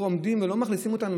עומדות ולא מאכלסים אותן.